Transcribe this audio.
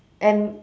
and